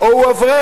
או הוא אברך,